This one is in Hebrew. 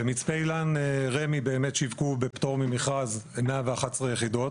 במצפה אילן רמ"י באמת שיווקו בפטור ממכרז 111 יחידות.